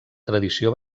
tradició